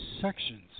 sections